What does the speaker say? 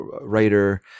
writer